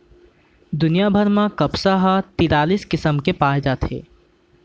दुनिया भर म कपसा ह तिरालिस किसम के पाए जाथे